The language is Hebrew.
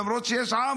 למרות שיש פה